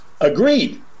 Agreed